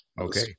okay